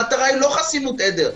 המטרה היא לא חסינות עדר.